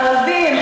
ערבים,